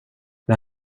med